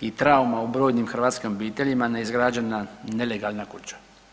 i trauma u brojnim hrvatskim obiteljima neizgrađena nelegalna kuća.